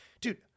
Dude